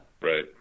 Right